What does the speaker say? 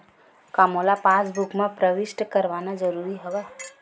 का मोला पासबुक म प्रविष्ट करवाना ज़रूरी हवय?